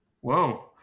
whoa